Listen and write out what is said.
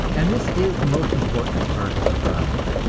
and this is the most important part of the problem.